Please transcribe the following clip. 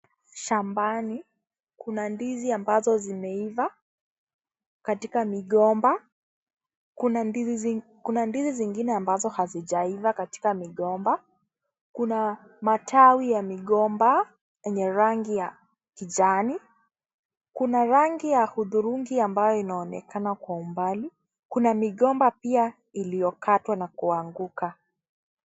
Shambani. Kuna ndizi ambazo zimeiva. Katika migomba, kuna ndizi zing,, Kuna ndizi zingine ambazo hazijaiva katika migomba. Kuna matawi ya migomba yenye rangi ya kijani. Kuna rangi ya hudhurungi ambayo unaonekana kwa umbali. Kuna migomba pia iliyokatwa na kuanguka.